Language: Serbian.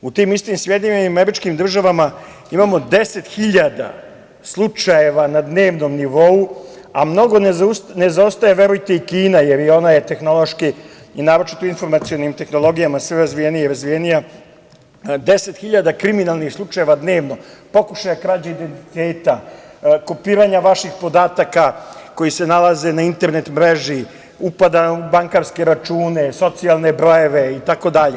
U tim istim SAD imamo 10.000 slučajeva na dnevnom nivou, a mnogo ne zaostaje, verujte, i Kina, jer i ona je tehnološki i naročito u informacionim tehnologijama sve razvijenija i razvijenija, 10.000 kriminalnih slučajeva dnevno, pokušaja krađe identiteta, kopiranja vaših podataka koji se nalaze na internet mreži, upada u bankarske račune, socijalne brojeve itd.